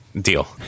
Deal